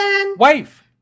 Wife